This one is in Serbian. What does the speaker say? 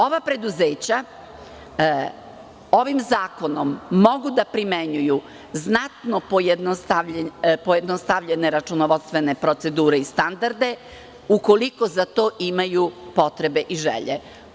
Ova preduzeća ovim zakonom mogu da primenjuju znatno pojednostavljene računovodstvene procedure i standarde ukoliko za to imaju potrebe i želje.